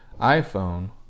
iPhone